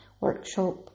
workshop